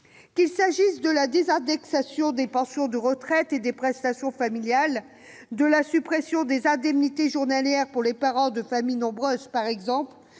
Qu'il s'agisse de la désindexation des pensions de retraite et des prestations familiales, de la suppression de la majoration des indemnités journalières pour les parents de familles nombreuses ou de